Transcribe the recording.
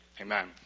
Amen